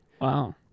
wow